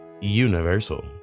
Universal